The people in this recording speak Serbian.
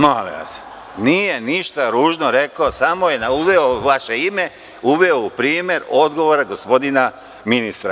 Molim vas, nije ništa ružno rekao, samo je vaše ime uveo u primer odgovora gospodina ministra.